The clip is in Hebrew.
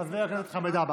חבר הכנסת חמד עמאר.